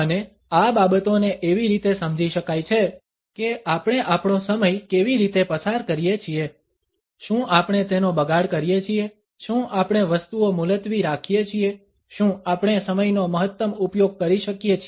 અને આ બાબતોને એવી રીતે સમજી શકાય છે કે આપણે આપણો સમય કેવી રીતે પસાર કરીએ છીએ શું આપણે તેનો બગાડ કરીએ છીએ શું આપણે વસ્તુઓ મુલતવી રાખીએ છીએ શું આપણે સમયનો મહત્તમ ઉપયોગ કરી શકીએ છીએ